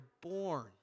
born